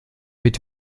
mit